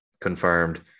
confirmed